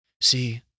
See